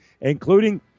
including